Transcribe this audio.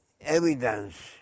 evidence